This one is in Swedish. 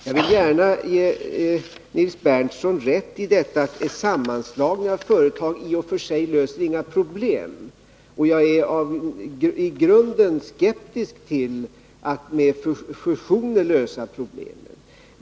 Jag vill gärna ge Nils Berndtson rätt i att sammanslagna företag i och för sig inte löser några problem, och jag är i grunden skeptisk tillatt med fusioner lösa problemen.